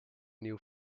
new